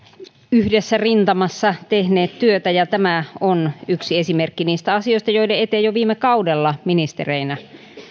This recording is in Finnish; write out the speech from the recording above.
yhdessä rintamassa tehneet työtä ja tämä on yksi esimerkki niistä asioista joiden eteen jo viime kaudella ministereinä